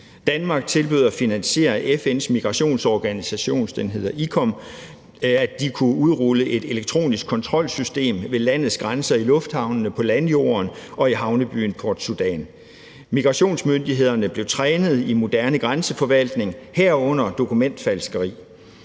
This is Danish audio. Danmark tilbød at finansiere FN's migrationsorganisation, IOM, så de kunne udrulle et elektronisk kontrolsystem ved landets grænser i lufthavnene, på landjorden og i havnebyen Port Sudan. Migrationsmyndighederne blev trænet i moderne grænseforvaltning, herunder håndtering